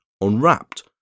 unwrapped